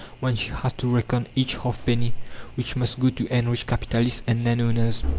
when she has to reckon each half-penny which must go to enrich capitalists and landowners